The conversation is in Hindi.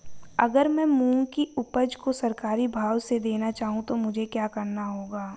अगर मैं मूंग की उपज को सरकारी भाव से देना चाहूँ तो मुझे क्या करना होगा?